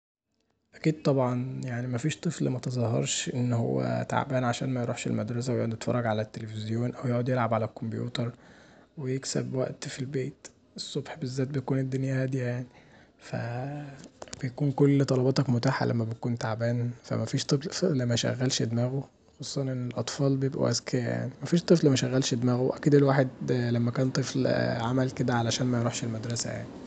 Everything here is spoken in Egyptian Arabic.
أكيد طبعا مفيش طفل متظاهرش ان هو تعبان عشان ميروحش المدرسه ويقعد يتفرج علي التلفزيون او يقعد يلعب علي الكمبيوتر، ويكسب وقي في البيت، الصبح بالذات الدنيا بتبقي هاديه يعني بيكون كل طلباتك متاحه لما بتكون تعبان فمفيش طفل مشغلش دماغه، خصوصا ان الأطفال بيبقوا اذكيا يعني، مفيش طفل مشغلش دماغه اكيد الواحد لما كان طفل عمل كدا عشان ميروحش المدرسه يعني.